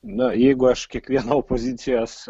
na jeigu aš kiekvieną opozicijos